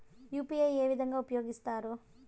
UPI ఏ విధంగా ఉపయోగిస్తారు?